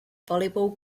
volleyball